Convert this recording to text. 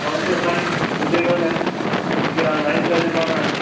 counter sign मिलेगा नहीं क्योंकि ऑनलाइन का ज़माना है